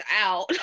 out